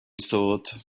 thought